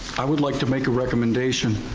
i would like to make a recommendation.